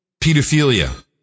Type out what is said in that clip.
pedophilia